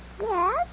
Yes